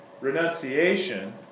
Renunciation